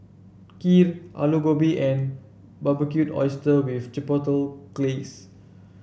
Kheer Alu Gobi and Barbecued Oysters with Chipotle Glaze